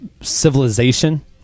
civilization